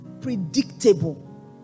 predictable